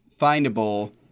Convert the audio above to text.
findable